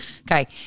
Okay